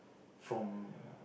from